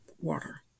water